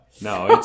no